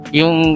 yung